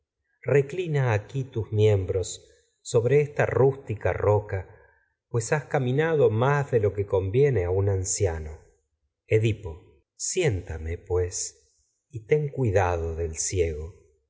na aquí tus miembros sobre esta rústica roca pues has más caminado edipo de lo que conviene y a un anciano siéntame pues ten cuidado del ciego